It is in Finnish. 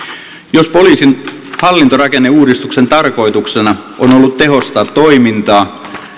jos poliisin hallintorakenneuudistuksen tarkoituksena on ollut tehostaa toimintaa